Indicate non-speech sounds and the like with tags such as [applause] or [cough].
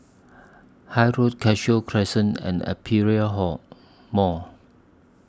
[unintelligible] Road Cashew Crescent and Aperia Hall Mall